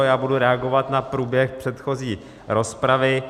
Já budu reagovat na průběh předchozí rozpravy.